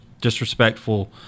disrespectful